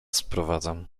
sprowadzam